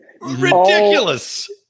Ridiculous